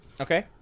Okay